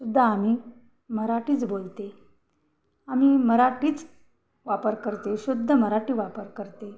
सुुद्धा आम्ही मराठीच बोलते आम्ही मराठीच वापर करते शुद्ध मराठी वापर करते